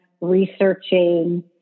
researching